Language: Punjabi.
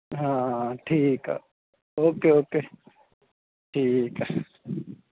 ਹਾਂ ਠੀਕ ਆ ਓਕੇ ਓਕੇ ਠੀਕ ਆ